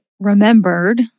Remembered